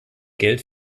geld